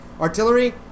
artillery